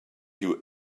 you